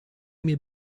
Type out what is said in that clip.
mir